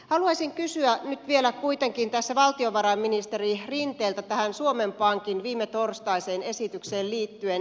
haluaisin kysyä nyt vielä kuitenkin tässä valtiovarainministeri rinteeltä tähän suomen pankin viime torstaiseen esitykseen liittyen